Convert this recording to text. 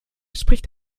spricht